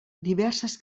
diverses